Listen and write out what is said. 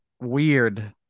weird